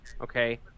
Okay